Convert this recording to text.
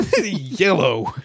yellow